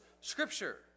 Scripture